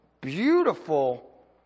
beautiful